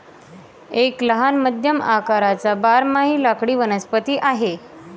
एक लहान मध्यम आकाराचा बारमाही लाकडी वनस्पती आहे